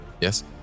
Yes